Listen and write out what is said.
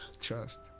Trust